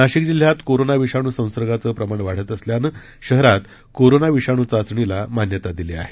नाशिक जिल्ह्यात कोरोना विषाणू संसर्गाचे प्रमाण वाढत असल्याने शहरात कोरोना विषाणू चाचणीला मान्यता देण्यात आली आहे